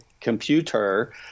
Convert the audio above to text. computer –